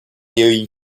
jej